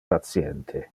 patiente